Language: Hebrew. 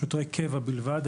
שוטרי קבע בלבד,